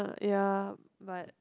ya but